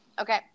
Okay